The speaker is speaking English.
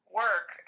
work